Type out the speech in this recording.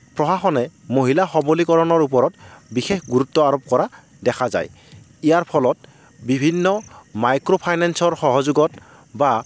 প্ৰশাসনে মহিলা সৱলীকৰণৰ ওপৰত বিশেষ গুৰুত্ব আৰোপ কৰা দেখা যায় ইয়াৰ ফলত বিভিন্ন মাইক্ৰ'ফাইনেঞ্চৰ সহযোগত বা